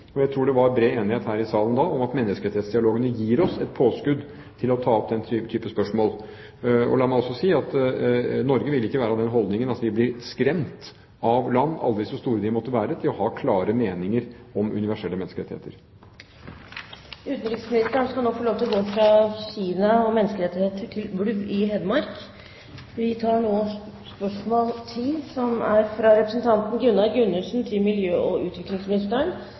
og jeg tror det da var bred enighet om at menneskerettighetsdialogene gir oss et påskudd til å ta opp den type spørsmål. La meg også si at Norge vil ikke ha den holdning at vi blir skremt av land – om aldri så store – fra å ha klare meninger om universelle menneskerettigheter. Utenriksministeren skal nå få gå fra Kina og menneskerettigheter til ulv i Hedmark. – Stortinget går til spørsmål 10. Dette spørsmålet, fra representanten Gunnar Gundersen til miljø- og utviklingsministeren,